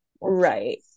right